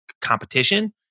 competition